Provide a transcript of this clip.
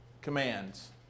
Commands